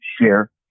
share